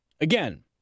Again